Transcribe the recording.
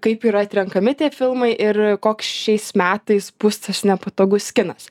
kaip yra atrenkami tie filmai ir koks šiais metais bus tas nepatogus kinas